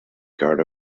guard